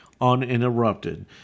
uninterrupted